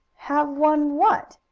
have one what?